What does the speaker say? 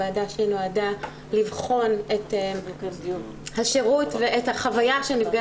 ועדה שנועדה לבחון את השירות ואת החוויה של נפגעי